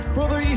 Brother